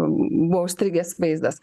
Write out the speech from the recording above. buvo užstrigęs vaizdas